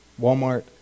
Walmart